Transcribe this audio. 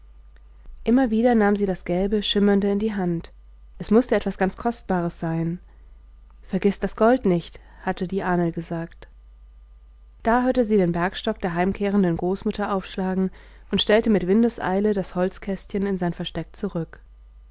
immer wieder nahm sie das gelbe schimmernde in die hand es mußte etwas ganz kostbares sein vergiß das gold nicht hatte die ahnl gesagt da hörte sie den bergstock der heimkehrenden großmutter aufschlagen und stellte mit windeseile das holzkästchen in sein versteck zurück